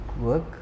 work